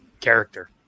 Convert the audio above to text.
character